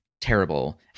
terrible